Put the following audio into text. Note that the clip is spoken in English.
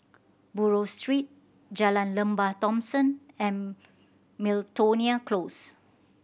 Buroh Street Jalan Lembah Thomson and Miltonia Close